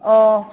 और